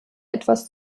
etwas